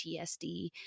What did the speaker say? PTSD